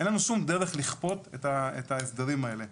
אין לנו שום דרך לכפות את ההסדרים האלה.